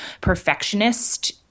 perfectionist